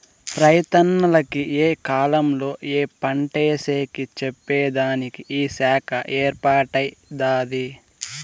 రైతన్నల కి ఏ కాలంలో ఏ పంటేసేది చెప్పేదానికి ఈ శాఖ ఏర్పాటై దాది